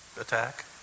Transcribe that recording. attack